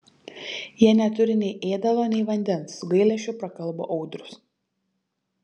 jie neturi nei ėdalo nei vandens su gailesčiu prakalbo audrius